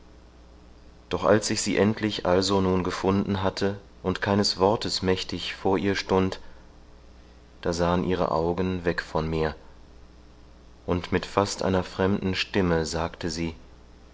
doch als ich sie endlich also nun gefunden hatte und keines wortes mächtig vor ihr stund da sahen ihre augen weg von mir und mit fast einer fremden stimme sagte sie